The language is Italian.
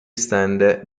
estende